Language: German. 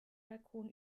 balkon